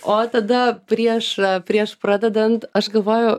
o tada prieš prieš pradedant aš galvoju